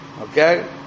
Okay